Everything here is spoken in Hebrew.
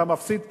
אתה מפסיד פה,